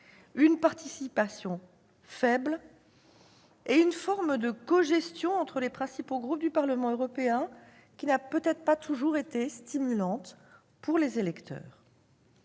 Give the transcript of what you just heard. une participation faible et une forme de cogestion entre les principaux groupes politiques du Parlement européen qui n'a peut-être pas été très stimulante pour les électeurs.